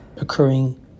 Occurring